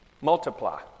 multiply